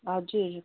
हजुर